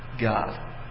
God